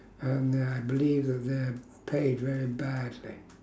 and uh I believe that they're paid very badly